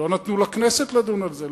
לא נתנו לכנסת לדון על זה,